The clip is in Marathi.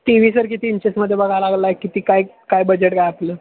टी व्ही सर किती इंचेसमध्ये बघायला लागला आहे किती काय काय बजेट काय आपलं